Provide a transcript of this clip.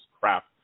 crap